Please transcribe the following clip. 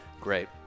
Great